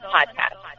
Podcast